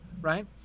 right